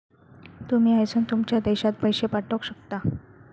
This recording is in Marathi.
तुमी हयसून तुमच्या देशात पैशे पाठवक शकता